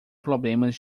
problemas